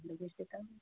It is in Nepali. बिर्सेँ त हौ